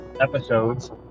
episodes